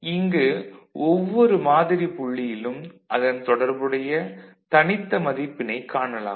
இங்கு ஒவ்வொரு மாதிரி புள்ளியிலும் அதன் தொடர்புடைய தனித்த மதிப்பினைக் காணலாம்